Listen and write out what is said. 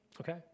Okay